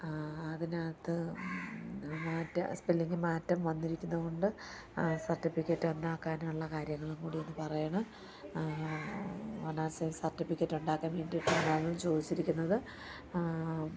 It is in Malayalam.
അതിനകത്ത് മാറ്റം സ്പെല്ലിങ് മാറ്റം വന്നിരിക്കുന്നതു കൊണ്ട് സർട്ടിഫിക്കറ്റ് ഒന്നാക്കാനുള്ള കാര്യങ്ങളും കൂടി ഒന്നു പറയണം വൺ ആസ്സേ സർട്ടിഫിക്കറ്റ് ഉണ്ടാക്കാൻ വേണ്ടിയിട്ടാണ് അതും ചോദിച്ചിരിക്കുന്നത്